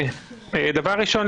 דבר ראשון,